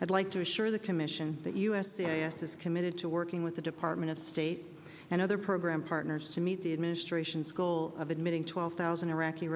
i'd like to assure the commission that u s a s is committed to working with the department of state and other program partners to meet the administration's goal of admitting twelve thousand iraqi